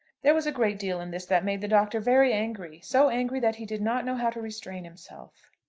there was a great deal in this that made the doctor very angry so angry that he did not know how to restrain himself.